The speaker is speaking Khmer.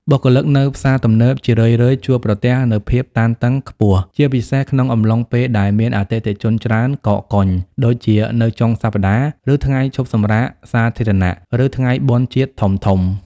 បុគ្គលិកនៅផ្សារទំនើបជារឿយៗជួបប្រទះនូវភាពតានតឹងខ្ពស់ ជាពិសេសក្នុងអំឡុងពេលដែលមានអតិថិជនច្រើនកកកុញ ដូចជានៅចុងសប្តាហ៍ ថ្ងៃឈប់សម្រាកសាធារណៈ ឬថ្ងៃបុណ្យជាតិធំៗ។